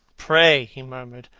pray, he murmured.